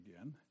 again